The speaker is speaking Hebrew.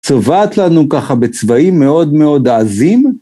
צובעת לנו ככה בצבעים מאוד מאוד עזים?